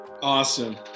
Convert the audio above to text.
Awesome